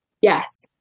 Yes